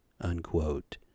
unquote